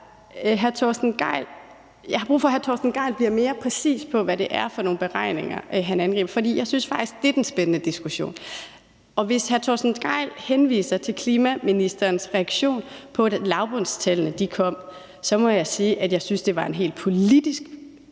jeg har brug for, at hr. Torsten Gejl bliver mere præcis på, hvad det er for nogle beregninger, han angriber, for jeg synes faktisk, at det er den spændende diskussion. Hvis hr. Torsten Gejl henviser til klimaministerens reaktion, da lavbundstallene kom, så må jeg sige, at jeg synes, det var en politisk